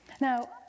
Now